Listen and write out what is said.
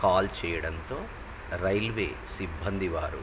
call చేయడంతో railway సిబ్బంది వారు